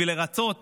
בשביל לרצות